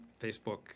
Facebook